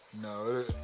No